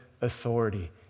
authority